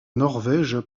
norvège